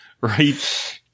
right